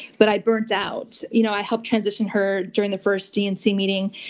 but i burned out. you know i helped transition her during the first dnc meeting,